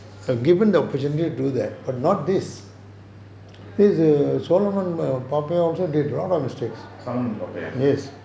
solomon pappaiah